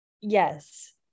yes